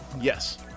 Yes